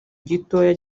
gitoya